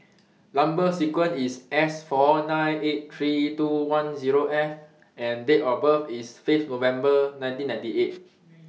Number sequence IS S four nine eight three two one Zero F and Date of birth IS Fifth November nineteen ninety eight